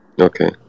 Okay